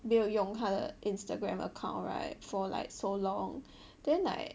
没有用他的 Instagram account right for like so long then like